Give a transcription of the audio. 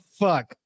fuck